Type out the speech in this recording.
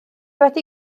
wedi